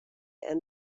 and